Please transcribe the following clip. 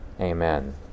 Amen